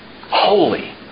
Holy